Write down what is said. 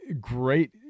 great